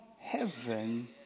heaven